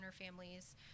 families